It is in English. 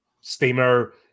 steamer